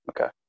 okay